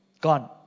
Gone